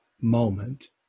moment